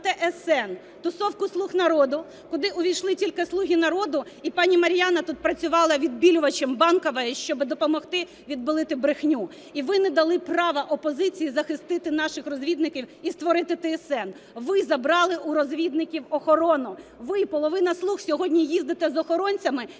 ТСН – тусовку "слуг народу", куди увійшли тільки "слуги народу". І пані Мар'яна тут працювала відбілювачем Банкової, щоб допомогти відбілити брехню. І ви не дали права опозиції захисти наших розвідників і створити ТСН. Ви забрали у розвідників охорону. Ви, половина "слуг", сьогодні їздите з охоронцями і